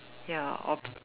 ya orpe~